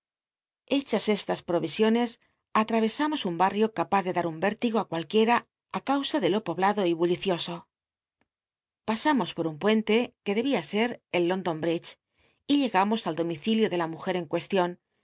hechas estas lwo'isio nes atj'mesamos un bal'l'io capaz de dar un rérligo á cualquiera causa de lo poblado y bullicioso pasamos por un puente que debía ser en hondo bres y llegamos al domicilio de la mujer en cucst ion